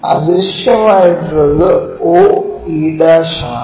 അദൃശ്യം ആയിട്ടുള്ളത് o e' ആണ്